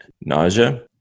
nausea